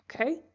okay